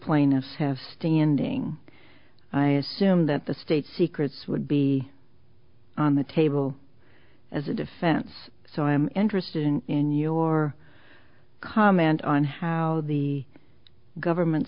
plaintiffs have standing i assume that the state secrets would be on the table as a defense so i am interested in your comment on how the government